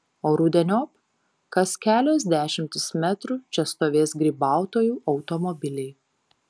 o rudeniop kas kelios dešimtys metrų čia stovės grybautojų automobiliai